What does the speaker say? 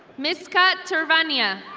missca terbana.